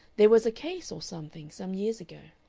there was a case, or something, some years ago.